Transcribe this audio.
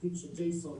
התיק שג'ייסון